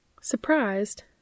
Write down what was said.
Surprised